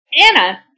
Anna